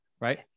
right